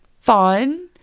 fun